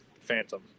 Phantom